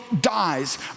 dies